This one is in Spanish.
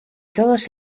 todos